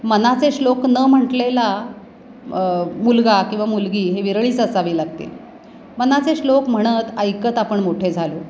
मनाचे श्लोक न म्हटलेला मुलगा किंवा मुलगी हे विरळच असावी लागते मनाचे श्लोक म्हणत ऐकत आपण मोठे झालो